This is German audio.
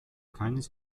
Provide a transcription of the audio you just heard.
keines